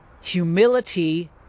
humility